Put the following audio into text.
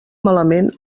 malament